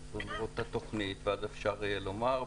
רק לראות את התוכנית, ואז אפשר יהיה לומר.